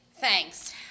Thanks